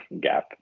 gap